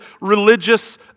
religious